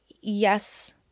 yes